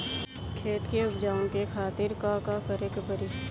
खेत के उपजाऊ के खातीर का का करेके परी?